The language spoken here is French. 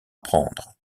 prendre